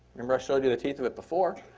remember i showed you the teeth of it before.